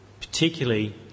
particularly